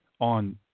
on